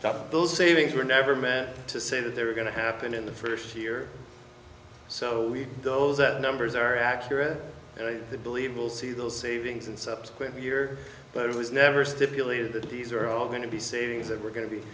stop those savings were never meant to say that they're going to happen in the first year so those at numbers are accurate and i believe will see those savings and subsequent year but it was never stipulated that these are all going to be savings that we're going to be